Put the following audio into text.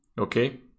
Okay